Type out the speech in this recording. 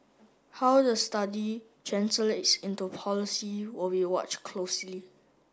how the study translates into policy will be watched closely